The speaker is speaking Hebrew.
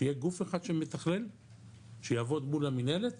שיהיה גוף אחד שמתכלל ויעבוד מול המינהלת